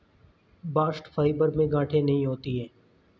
bast fibre में गांठे नहीं होती है